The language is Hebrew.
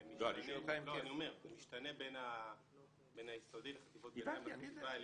זה משתנה בין היסודי לחטיבות הביניים ולחטיבה העליונה.